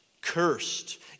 Cursed